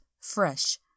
fresh